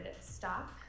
stop